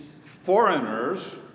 foreigners